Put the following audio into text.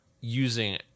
using